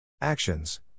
Actions